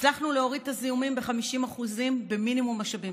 הצלחנו להוריד את הזיהומים ב-50% במינימום משאבים.